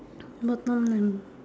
bottom left